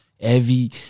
heavy